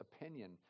opinion